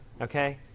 okay